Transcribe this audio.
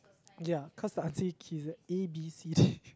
ya cause the answer key A_B_C_D